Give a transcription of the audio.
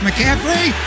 McCaffrey